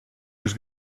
was